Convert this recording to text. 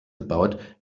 about